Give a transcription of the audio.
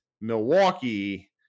Milwaukee